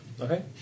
Okay